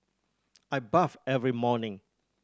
I bathe every morning